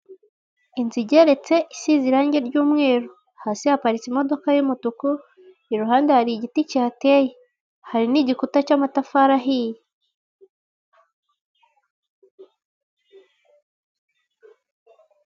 Inzu igeretse isize irange ry'umweru hasi haparitse imodoka y'umutuku iruhande hari igiti kihateye hari n'igikuta cy'amatafari ahiye.